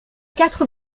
quatre